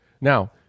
Now